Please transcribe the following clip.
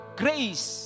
grace